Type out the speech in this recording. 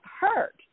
hurt